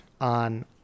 on